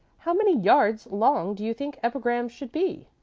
how many yards long do you think epigrams should be?